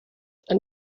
and